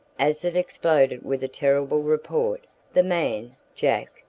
as it exploded with a terrible report, the man, jack,